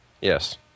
Yes